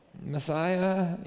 Messiah